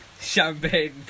Champagne